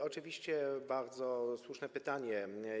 Oczywiście bardzo słuszne pytanie.